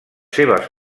seves